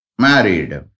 married